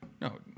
No